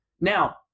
Now